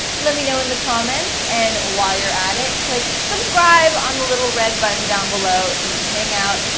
let me know in the comments and while you're at it click subscribe on the little red button down below. so we can hang out,